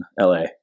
LA